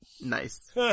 Nice